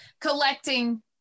collecting